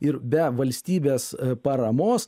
ir be valstybės paramos